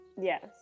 Yes